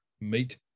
meet